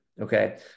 Okay